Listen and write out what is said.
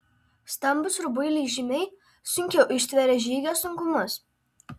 stambūs rubuiliai žymiai sunkiau ištveria žygio sunkumus